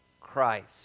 Christ